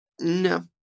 No